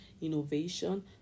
innovation